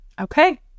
Okay